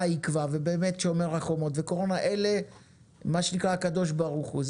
עיכבה ובאמת שומר החומות וקורונה אלה הקדוש ברוך הוא,